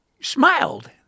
smiled